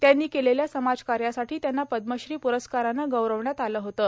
त्यांनी केलेल्या समाज कार्यासाठी त्यांना पद्मश्री प्रस्कारानं गौरविण्यात आलं होतं